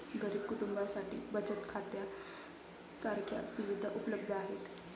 गरीब कुटुंबांसाठी बचत खात्या सारख्या सुविधा उपलब्ध आहेत